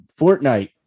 Fortnite